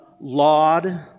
laud